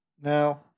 Now